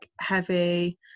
heavy